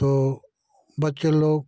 तो बच्चे लोग